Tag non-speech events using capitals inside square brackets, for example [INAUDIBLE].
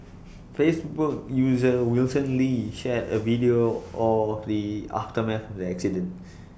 Facebook user Wilson lee shared A video of the aftermath of the accident [NOISE]